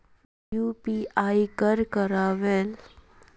UPI कर करावेल कौन कौन डॉक्यूमेंट लगे है?